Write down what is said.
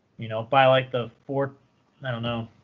you know buy like the fourth i don't know.